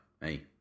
hey